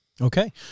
Okay